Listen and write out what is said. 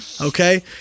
Okay